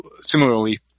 similarly